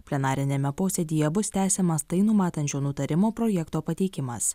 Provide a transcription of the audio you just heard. plenariniame posėdyje bus tęsiamas tai numatančio nutarimo projekto pateikimas